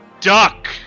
duck